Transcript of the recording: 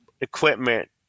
equipment